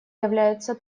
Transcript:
является